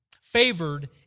favored